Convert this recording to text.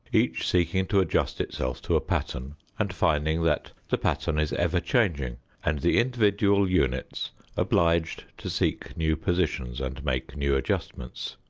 each seeking to adjust itself to a pattern and finding that the pattern is ever-changing and the individual units obliged to seek new positions and make new adjustments.